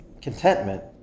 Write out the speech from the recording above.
contentment